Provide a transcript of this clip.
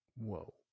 Whoa